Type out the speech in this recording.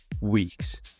weeks